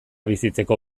bizitzeko